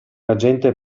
agente